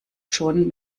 schon